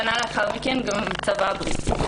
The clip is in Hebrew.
שנה לאחר מכן נעשה כך גם בצבא הבריטי.